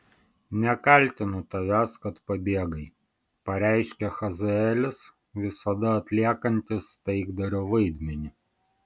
nekaltinu tavęs kad pabėgai pareiškė hazaelis visada atliekantis taikdario vaidmenį